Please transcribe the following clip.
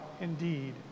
indeed